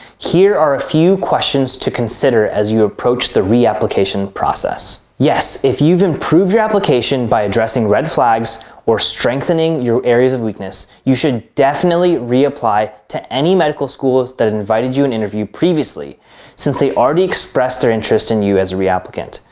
here are a few questions to consider as you approach the reapplication process. yes, if you've improved your application by addressing red flags or strengthening your areas of weakness, you should definitely reapply to any medical schools that invited you in interview previously since they already expressed their interest in you as a reapplicant.